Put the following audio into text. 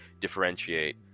differentiate